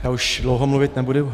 Já už dlouho mluvit nebudu.